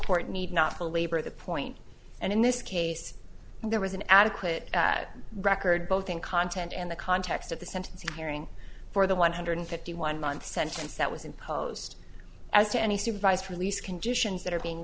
court need not belabor the point and in this case there was an adequate record both in content and the context of the sentencing hearing for the one hundred fifty one month sentence that was imposed as to any supervised release conditions that are being